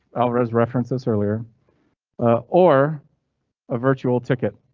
alvarez references earlier ah or a virtual ticket.